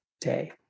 Day